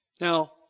Now